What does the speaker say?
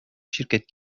şirket